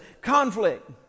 conflict